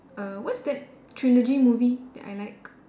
err what's that trilogy movie that I like